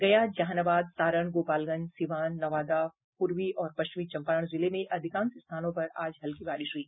गया जहानाबाद सारण गोपालगंज सीवान नवादा पूर्वी और पश्चिमी चंपारण जिले में अधिकांश स्थानों पर आज हल्की बारिश हई